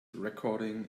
recording